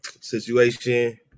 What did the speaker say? situation